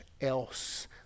else